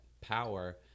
power